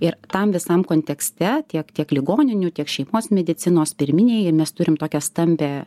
ir tam visam kontekste tiek tiek ligoninių tiek šeimos medicinos pirminėj mes turime tokią stambią